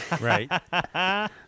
right